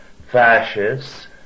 fascists